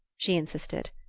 she insisted.